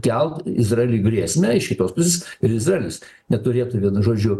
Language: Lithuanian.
kelt izraeliui grėsmę iš kitos pusės ir izraelis neturėtų vienu žodžiu